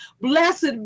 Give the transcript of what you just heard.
Blessed